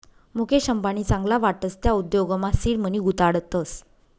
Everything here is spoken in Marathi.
मुकेश अंबानी चांगला वाटस त्या उद्योगमा सीड मनी गुताडतस